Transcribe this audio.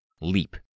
Leap